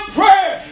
prayer